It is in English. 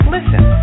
Listen